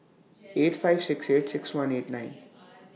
eight five six eight six one eight nine